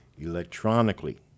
electronically